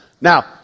Now